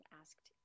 asked